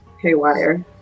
haywire